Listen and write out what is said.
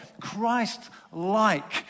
Christ-like